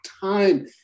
time